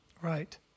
right